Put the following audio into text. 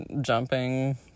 jumping